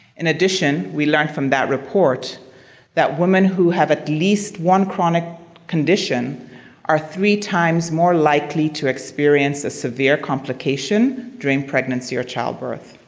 in addition, we learned from that report that women who have at least one chronic condition are three times more likely to experience a severe complication during pregnancy or childbirth.